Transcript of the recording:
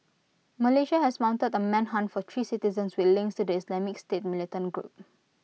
Malaysia has mounted A manhunt for three citizens with links to the Islamic state militant group